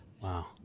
Wow